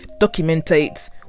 documentate